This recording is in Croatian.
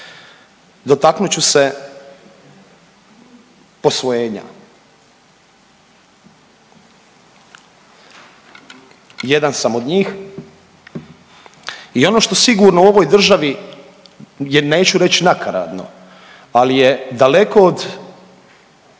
Dotaknut ću se posvojenja. Jedan sam od njih i ono što sigurno u ovoj državi je neću reć nakaradno, ali je daleko od